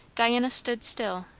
diana stood still,